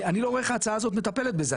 אני לא רואה איך ההצעה הזאת מטפלת בזה,